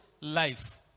life